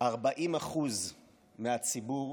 40% מהציבור,